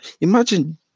Imagine